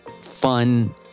fun